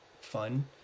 fun